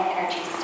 Energy